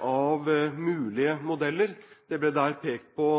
av mulige modeller. Det ble der pekt på